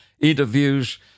interviews